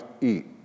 eat